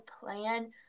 plan